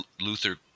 Luther